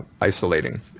isolating